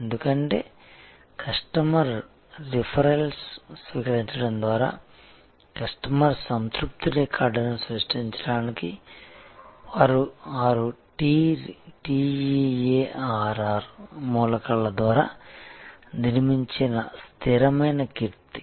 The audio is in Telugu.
ఎందుకంటే కస్టమర్ రిఫరల్స్ స్వీకరించడం ద్వారా కస్టమర్ సంతృప్తి రికార్డును సృష్టించడానికి వారు ఆ TEARR మూలకాల ద్వారా నిర్మించిన స్థిరమైన కీర్తి